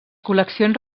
col·leccions